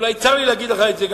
אולי גם צר לי להגיד לך את זה,